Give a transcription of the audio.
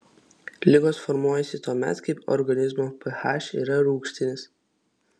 ligos formuojasi tuomet kai organizmo ph yra rūgštinis